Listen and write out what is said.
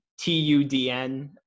tudn